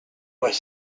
was